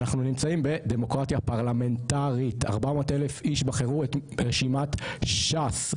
אנחנו נמצאים בדמוקרטיה פרלמנטרית 400 אלף איש בחרו את רשימת ש"ס,